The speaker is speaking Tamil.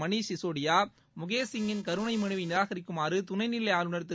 மணீஷ் சிஷோடியா முகேஷ் சிங்கிள் கருணை மனுவை நிராகரிக்குமாறு துணை நிலை ஆளுநர் திரு